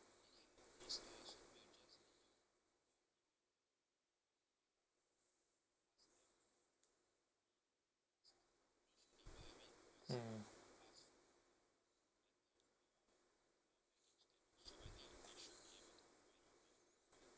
hmm